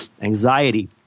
anxiety